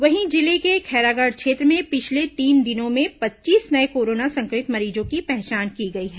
वहीं जिले के खैरागढ़ क्षेत्र में पिछले तीन दिनों में पच्चीस नये कोरोना संक्रमित मरीजों की पहचान की गई है